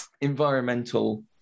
environmental